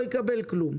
הוא לא יקבל כלום.